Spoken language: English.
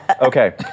Okay